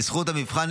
בזכות המבחן,